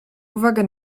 uwagę